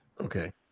Okay